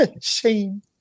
Shame